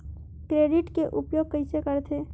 Credit के उपयोग कइसे करथे?